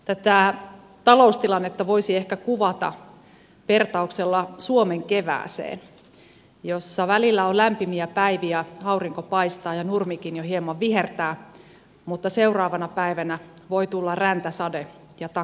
tätä taloustilannetta voisi ehkä kuvata vertauksella suomen kevääseen jossa välillä on lämpimiä päiviä aurinko paistaa ja nurmikin jo hieman vihertää mutta seuraavana päivänä voi tulla räntäsade ja takatalvi